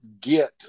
get